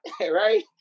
Right